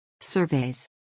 Surveys